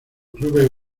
clubes